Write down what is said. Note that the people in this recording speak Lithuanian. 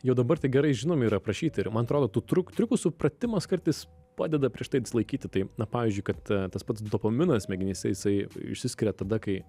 jau dabar tai gerai žinomi ir aprašyti ir man atrodo tų triuk triukų supratimas kartais padeda prieš tai atsilaikyti tai na pavyzdžiui kad tas pats dopaminas smegenyse jisai išsiskiria tada kai